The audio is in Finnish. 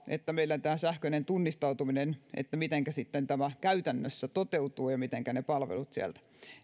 että meillä on tämä sähköinen tunnistautuminen ei tietenkään vielä aina takaa sitä mitenkä tämä sitten käytännössä toteutuu ja ne palvelut siellä